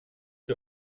que